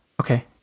Okay